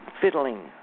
fiddling